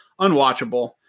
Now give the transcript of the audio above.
unwatchable